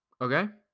okay